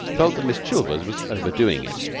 felt that miss chilvers was overdoing it.